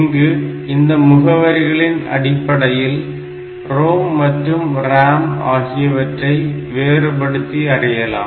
இங்கு இந்த முகவரிகளின் அடிப்படையில் ROM மற்றும் RAM ஆகியவற்றை வேறுபடுத்தி அறியலாம்